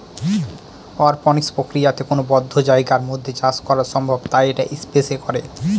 অরপনিক্স প্রক্রিয়াতে কোনো বদ্ধ জায়গার মধ্যে চাষ করা সম্ভব তাই এটা স্পেস এ করে